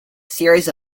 series